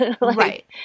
Right